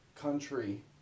country